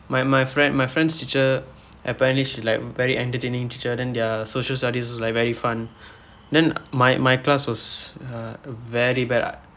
my my friend my friend's teacher apparently she like very entertaining teacher then their social studies is also like very fun then my my class was very bad lah